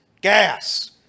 Gas